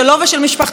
ולא סתם הסתה,